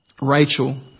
Rachel